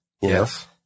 Yes